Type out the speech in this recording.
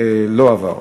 לא עברה.